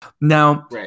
Now